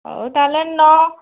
ହଉ ତା' ହେଲେ ନ